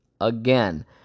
Again